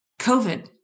covid